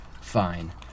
Fine